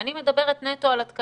אני מדברת נטו על התקנים,